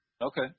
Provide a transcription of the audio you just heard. Okay